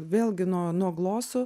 vėlgi nuo nuo glosų